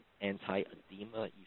anti-edema